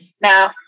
Now